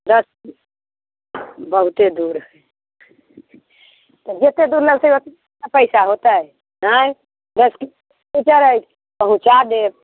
दस बहुते दूर जते दूर लगतै उते नहि लगतै आँय पहुँचा देब